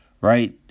right